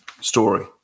Story